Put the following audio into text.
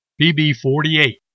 BB-48